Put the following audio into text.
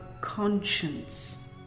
conscience